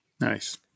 nice